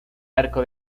arco